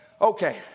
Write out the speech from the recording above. Okay